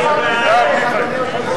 איך שר מסתייג,